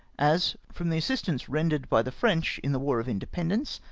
as, from the assistance rendered by the french in the war of independence,